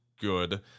good